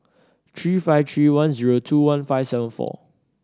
three five three one zero two one five seven four